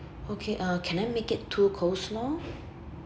okay uh can I make it two coleslaw